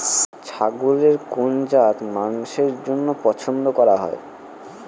ছাগলের কোন জাত মাংসের জন্য পছন্দ করা হয়?